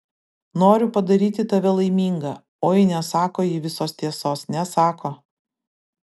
noriu padaryti tave laimingą oi nesako ji visos tiesos nesako